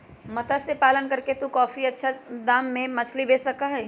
मत्स्य पालन करके तू काफी अच्छा दाम में मछली बेच सका ही